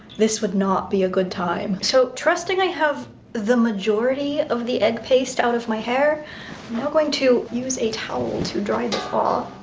this would not be a good time. so trusting i have the majority of the egg paste out of my hair, i'm now going to use a towel to dry this off.